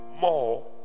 more